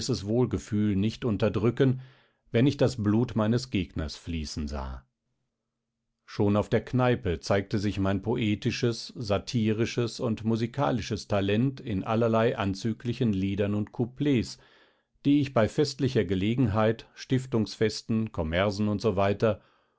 wohlgefühl nicht unterdrücken wenn ich das blut meines gegners fließen sah schon auf der kneipe zeigte sich mein poetisches satirisches und musikalisches talent in allerlei anzüglichen liedern und couplets die ich bei festlicher gelegenheit stiftungsfesten kommersen usw